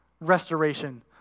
Restoration